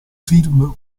film